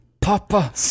Papa